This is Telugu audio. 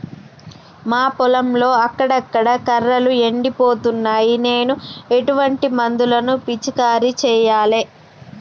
మా పొలంలో అక్కడక్కడ కర్రలు ఎండిపోతున్నాయి నేను ఎటువంటి మందులను పిచికారీ చెయ్యాలే?